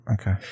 okay